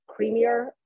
creamier